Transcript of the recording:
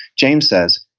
james says,